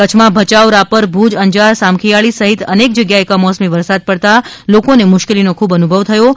કચ્છમાં ભયાઉ રાપર ભુજ અંજાર સામખિયાળી સહિત અનેક જગ્યાએ કમોસમી વરસાદ પડતાં લોકોને મુશ્કેલીનો ખૂબ અનુભવ થયો હતો